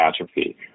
atrophy